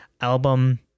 album